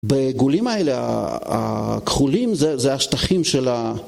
בעיגולים האלה, הכחולים, זה השטחים של ה...